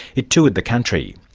it toured the country.